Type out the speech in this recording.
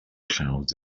clouds